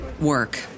work